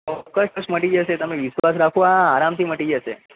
ચોક્કસ મટી જશે તમે વિશ્વાસ રાખો આ આરામથી મટી જશે